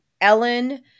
Ellen